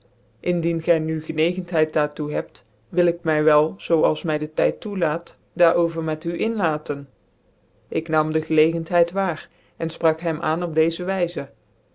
indien gy nu gcncgcnthcid daar toe hebt wil ik my wel zoo als my de tyd toelaat daar over met u inlaten jk neger c ik nam dc gclcgcnthcid waar en fprak hem aan op deze wijze